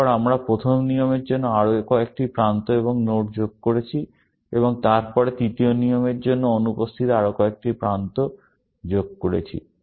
তারপর আমরা প্রথম নিয়মের জন্য আরও কয়েকটি প্রান্ত এবং নোড যোগ করেছি এবং তারপরে তৃতীয় নিয়মের জন্য অনুপস্থিত আরও কয়েকটি প্রান্ত যোগ করেছি